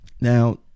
Now